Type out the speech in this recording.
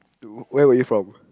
to where we from